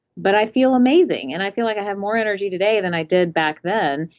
but i feel amazing and i feel like i have more energy today than i did back then.